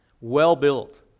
well-built